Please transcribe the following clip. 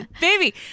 baby